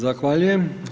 Zahvaljujem.